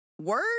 Word